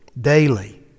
daily